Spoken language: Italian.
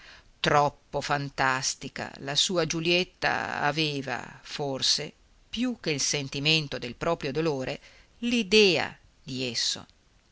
troppo fantastica la sua giulietta aveva forse più che il sentimento del proprio dolore l'idea di esso